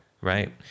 Right